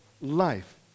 life